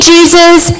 Jesus